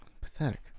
Pathetic